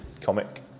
comic